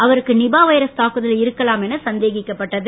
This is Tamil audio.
அவருக்கு நிபா வைரஸ் தாக்குதல் இருக்கலாம் என சந்தேகிக்கப்பட்டது